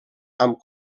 amb